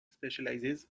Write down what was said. specializes